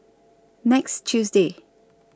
next Tuesday